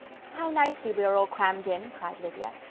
how nicely we are all crammed in, cried lydia.